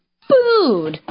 Food